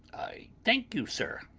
i thank you, sir,